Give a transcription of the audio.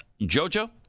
Jojo